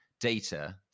data